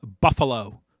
buffalo